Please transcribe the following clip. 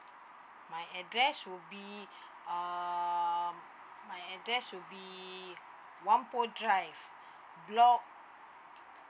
my address would be uh my address will be the wan poh drive block